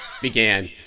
began